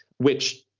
which,